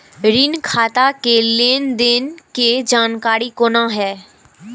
ऋण खाता के लेन देन के जानकारी कोना हैं?